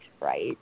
right